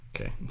Okay